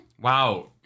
Wow